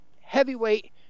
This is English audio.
heavyweight